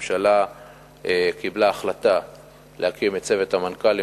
הממשלה קיבלה החלטה להקים את צוות המנכ"לים